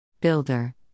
Builder